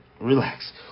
Relax